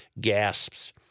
gasps